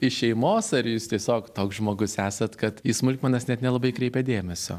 iš šeimos ar jūs tiesiog toks žmogus esat kad į smulkmenas net nelabai kreipiat dėmesio